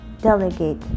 delegate